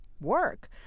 work